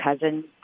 cousin